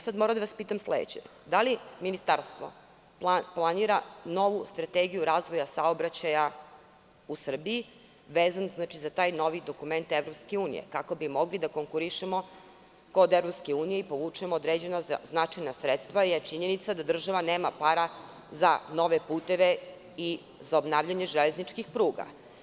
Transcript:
Sada moram da vas pitam sledeće – da li Ministarstvo planira novu strategiju razvoja saobraćaja u Srbiji, vezanu za taj novi dokument EU, kako bi mogli da konkurišemo kod EU i povučemo određena značajna sredstva, jer činjenica je da država nema para za nove puteve i za obnavljanje železničkih pruga.